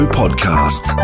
podcast